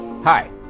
Hi